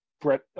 Brett